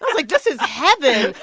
like, this is heaven.